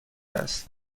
است